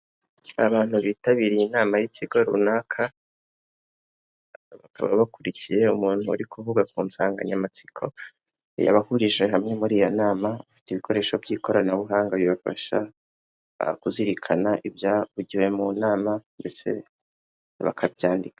Abantu bitabiriye inama y'ikigo runaka, bakaba bakurikiye umuntu uri kuvuga ku nsanganyamatsiko yabahurije hamwe muri iyo nama, bafite ibikoresho by'ikoranabuhanga bibafasha kuzirikana ibyavugiwe mu nama ndetse bakabyandika.